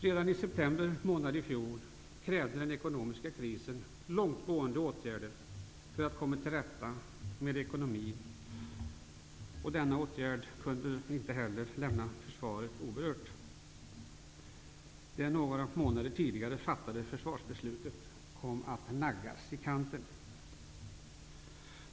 Redan i september månad i fjol krävde den ekonomiska krisen långtgående åtgärder för att komma till rätta med ekonomin. Dessa åtgärder kunde inte lämna försvaret oberört. Det några månader tidigare fattade försvarsbeslutet kom att naggas i kanten.